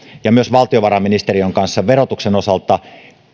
ja myös valtiovarainministeriön kanssa verotuksen osalta